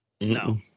No